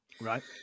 Right